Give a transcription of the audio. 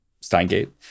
steingate